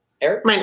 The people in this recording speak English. Eric